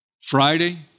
Friday